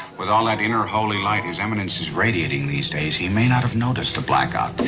with all that inner holy light his eminence is radiating these days, he may not have noticed the blackout.